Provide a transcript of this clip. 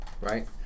right